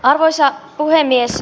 arvoisa puhemies